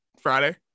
Friday